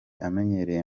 amenyerewe